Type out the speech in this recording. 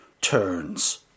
Turns